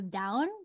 down